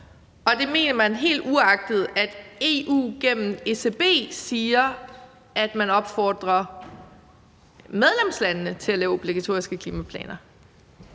Så det mener man, helt uagtet at EU gennem ECB siger, at man opfordrer medlemslandene til at lave obligatoriske klimaplaner.